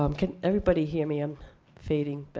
um can everybody hear me? i'm fading. but